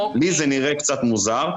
לי זה נראה קצת מוזר.